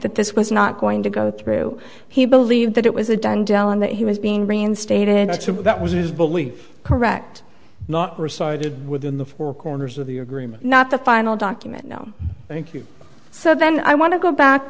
that this was not going to go through he believed that it was a done deal and that he was being reinstated to that was his belief correct not recited within the four corners of the agreement not the final document no thank you so then i want to go back